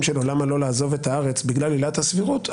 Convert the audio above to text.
שלו למה לא לעזוב את הארץ בגלל עילת הסבירות,